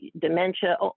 dementia